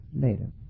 later